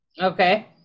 Okay